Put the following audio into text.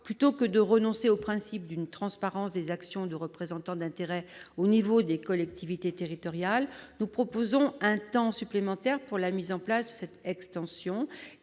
plutôt que de renoncer au principe d'une transparence des actions de représentants d'intérêts au niveau des collectivités territoriales, nous proposons un temps supplémentaire pour la mise en place de cette extension